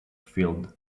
filled